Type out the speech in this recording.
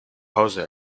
hause